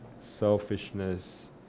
selfishness